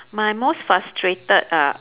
my most frustrated ah